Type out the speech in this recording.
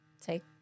take